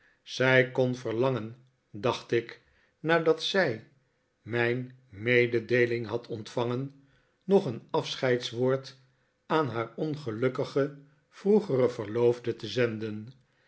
zij kon verlangen dacht ik nadat zij mijn mededeeling had ontvangen nog een afscheidswoord aan haar ongelukkigen vroegeren verloofde te zenden